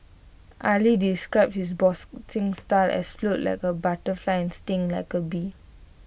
Ali described his boxing style as float like A butterfly sting like A bee